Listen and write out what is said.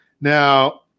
Now